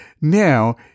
Now